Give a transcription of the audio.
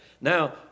Now